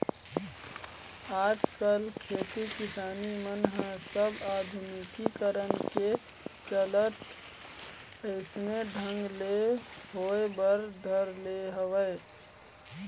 आजकल खेती किसानी मन ह सब आधुनिकीकरन के चलत अइसने ढंग ले होय बर धर ले हवय